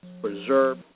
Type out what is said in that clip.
preserve